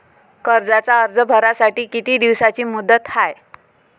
कर्जाचा अर्ज भरासाठी किती दिसाची मुदत हाय?